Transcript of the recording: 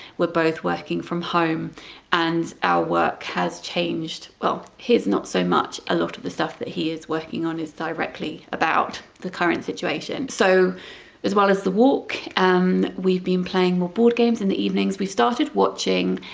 we're both working from home and our work has changed well his not so much, a lot of the stuff that he is working on is directly about the current situation, so as well as the walk and we've been playing more board games in the evenings, we started watching